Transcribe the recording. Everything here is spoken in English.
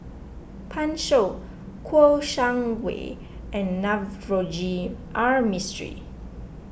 Pan Shou Kouo Shang Wei and Navroji R Mistri